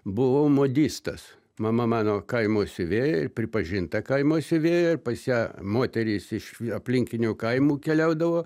buvau modistas mama mano kaimo siuvėja ir pripažinta kaimo siuvėja pas ją moterys iš aplinkinių kaimų keliaudavo